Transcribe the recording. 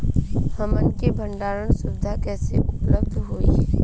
हमन के भंडारण सुविधा कइसे उपलब्ध होई?